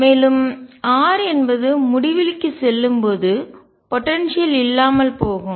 மேலும் r என்பது முடிவிலிக்கு செல்லும் போது போடன்சியல் ஆற்றல் இல்லாமல் போகும்